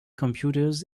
computers